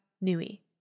Nui